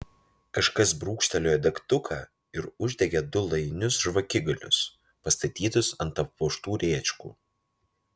kažkas brūkštelėjo degtuką ir uždegė du lajinius žvakigalius pastatytus ant apvožtų rėčkų